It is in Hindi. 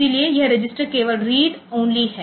इसलिए यह रजिस्टर केवल रीड ओनली है